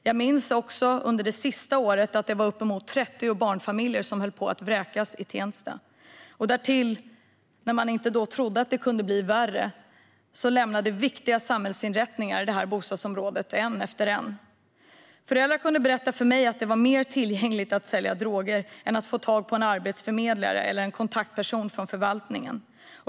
Jag minns också från det sista året att uppemot 30 barnfamiljer höll på att vräkas i Tensta. När man inte trodde att det kunde bli värre lämnade därtill en efter en av viktiga samhällsinrättningar det här bostadsområdet. Föräldrar kunde berätta för mig att det var lättare att sälja droger än att få tag på en arbetsförmedlare eller kontaktperson från förvaltningen.